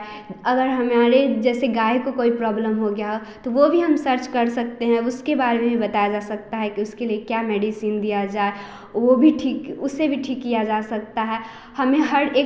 अगर हमारे जैसे गाय को कोई प्रॉब्लम हो गया तो वह भी हम सर्च कर सकते हैं उसके बारे में बताया जा सकता है कि उसके लिए क्या मेडिसिन दिया जाए वह ठीक उसे भी ठीक किया जा सकता है हमें हर एक